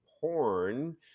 porn